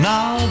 Now